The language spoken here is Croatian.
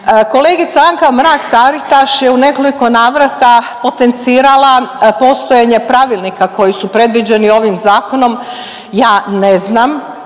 Kolegica Anka Mrak-Taritaš je u nekoliko navrata potencirala postojanje pravilnika koji su predviđeni ovim zakonom. Ja ne znam,